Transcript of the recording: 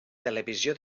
televisió